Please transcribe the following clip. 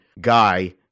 guy